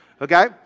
Okay